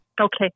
Okay